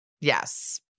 yes